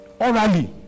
Orally